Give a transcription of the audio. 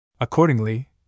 Accordingly